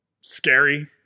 scary